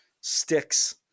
sticks